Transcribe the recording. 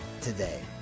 today